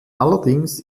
allerdings